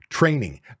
training